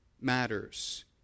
matters